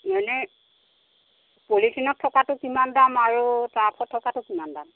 মানে পলিথিনত থকাটোৰ কিমান দাম আৰু টাবত থকাটোৰ কিমান দাম